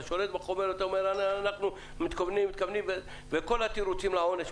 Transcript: אתה שולט בחומר ואתה אומר: אנחנו מתכוונים וכל התירוצים לעונש,